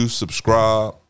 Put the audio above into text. subscribe